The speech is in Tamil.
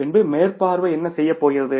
பின்பு மேற்பார்வை என்ன என பேசுகிறீர்கள்